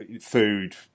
food